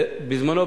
בזמנו,